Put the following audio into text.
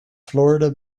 florida